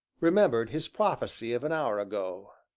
remembered his prophecy of an hour ago.